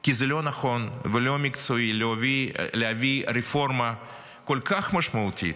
כי זה לא נכון ולא מקצועי להביא רפורמה כל כך משמעותית,